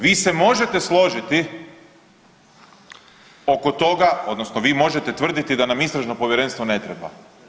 Vi se možete složiti oko toga, odnosno vi možete tvrditi da nam istražno povjerenstvo ne treba.